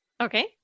Okay